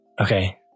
okay